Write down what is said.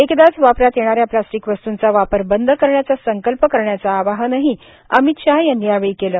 एकदाच वापरात येणाऱ्या प्लास्टीक वस्तुंचा वापर बंद करण्याचा संकल्प करण्याचं आवाहनही अमित शाह यांनी यावेळी केलं